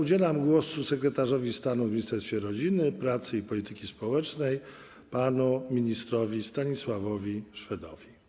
Udzielam głosu sekretarzowi stanu w Ministerstwie Rodziny, Pracy i Polityki Społecznej panu ministrowi Stanisławowi Szwedowi.